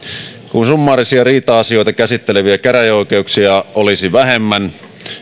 kun summaarisia riita asioita käsitteleviä käräjäoikeuksia olisi vähemmän